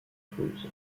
cause